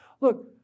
Look